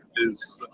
is.